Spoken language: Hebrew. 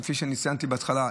כפי שאני ציינתי בהתחלה,